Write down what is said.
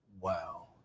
wow